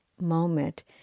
moment